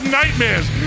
nightmares